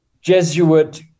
Jesuit